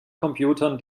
computern